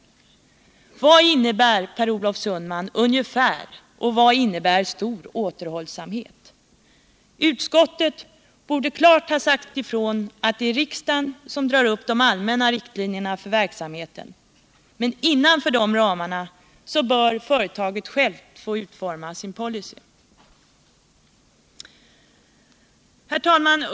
Vad innebär, Per Olof Sundman, ”ungefär” och ”stor återhållsamhet”? Utskottet borde klart ha sagt ifrån att det är riksdagen som drar upp de allmänna riktlinjerna för verksamheten, men att företaget självt innanför dessa ramar bör få utforma sin policy. Herr talman!